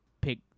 pick